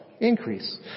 increase